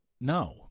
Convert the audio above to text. No